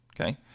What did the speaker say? Okay